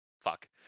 Fuck